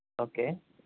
okay